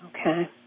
Okay